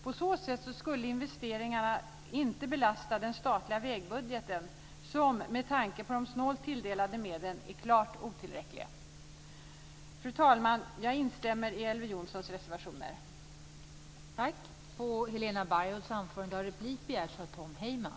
På så sätt skulle investeringarna inte belasta den statliga vägbudgeten, som med tanke på de snålt tilldelade medlen är klart otillräcklig. Fru talman! Jag instämmer i Elver Jonssons yrkanden.